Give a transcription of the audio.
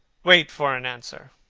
wait for an answer,